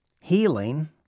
healing